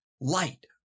light